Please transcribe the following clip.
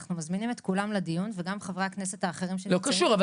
אנחנו מזמינים את כולם לדיון וגם חברי הכנסת האחרים -- לא קשור,